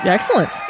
Excellent